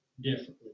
differently